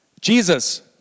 Jesus